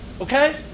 okay